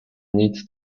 need